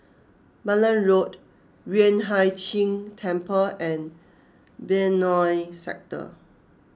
Malan Road Yueh Hai Ching Temple and Benoi Sector